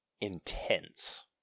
intense